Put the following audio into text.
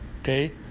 okay